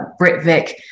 BritVic